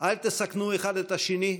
אל תסכנו אחד את השני,